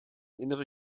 innere